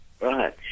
Right